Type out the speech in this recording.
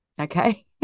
okay